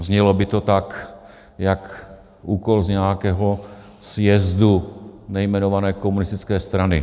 Znělo by to tak jako úkol z nějakého sjezdu nejmenované komunistické strany.